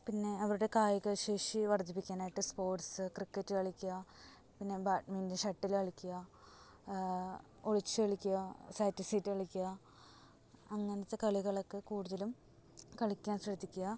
പിന്നെ അവരുടെ കായിക ശേഷി വർദ്ധിപ്പിക്കാനായിട്ട് സ്പോട്സ് ക്രിക്കറ്റ് കളിക്കുക പിന്നെ ബാഡ്മിൻ്റൺ ഷട്ടില് കളിക്കുക ഒളിച്ച് കളിക്കുക സാറ്റ് സീറ്റ് കളിക്കുക അങ്ങനത്തെ കളികളൊക്കെ കൂടുതലും കളിക്കാൻ ശ്രദ്ധിക്കുക